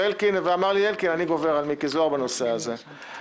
ואלקין אמר: אני גובר על מיקי זוהר בנושא הזה,